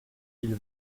ils